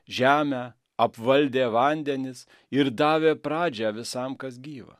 žemę apvaldė vandenis ir davė pradžią visam kas gyva